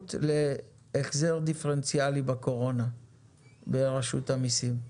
האפשרות להחזר דיפרנציאלי בקורונה ברשות המיסים?